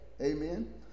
Amen